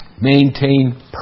maintain